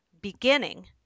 beginning